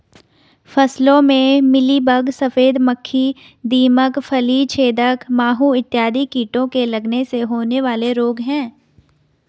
फसलों में मिलीबग, सफेद मक्खी, दीमक, फली छेदक माहू इत्यादि कीटों के लगने से होने वाले रोग हैं